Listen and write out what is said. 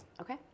Okay